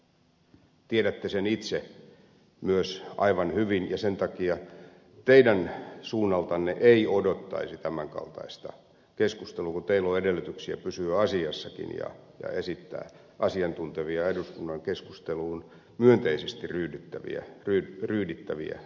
tiedätte sen itse myös aivan hyvin ja sen takia teidän suunnaltanne ei odottaisi tämän kaltaista keskustelua kun teillä on edellytyksiä pysyä asiassakin ja esittää asiantuntevia ja eduskunnan keskustelua myönteisesti ryydittäviä näkökantoja